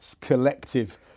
collective